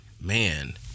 man—